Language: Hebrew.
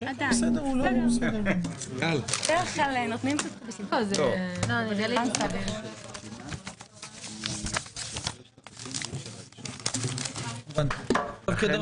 הישיבה ננעלה בשעה 13:45.